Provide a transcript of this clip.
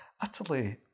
Utterly